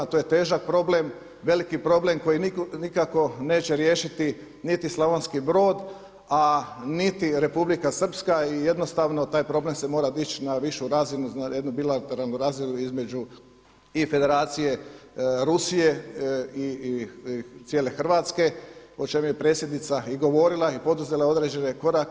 To je težak problem, veliki problem koji nikako neće riješiti niti Slavonski Brod, a niti Republika Srpska i jednostavno taj problem se mora dići na višu razinu, jednu bilateralnu razinu i Federacije Rusije i cijele Hrvatske o čem je predsjednica i govorila i poduzela određene korake.